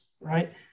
right